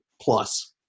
plus